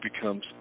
becomes